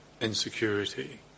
insecurity